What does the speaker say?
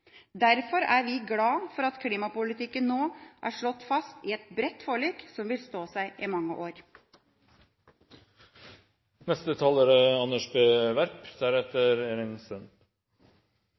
Derfor er vi glade for at klimapolitikken nå er slått fast i et bredt forlik som vil stå seg i mange år. Det er